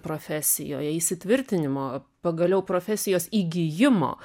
profesijoje įsitvirtinimo pagaliau profesijos įgijimo